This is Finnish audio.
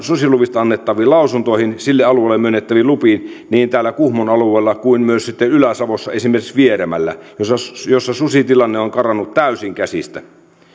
susiluvista annettaviin lausuntoihin sille alueelle myönnettäviin lupiin niin täällä kuhmon alueella kuin myös ylä savossa esimerkiksi vieremällä jossa susitilanne on karannut täysin käsistä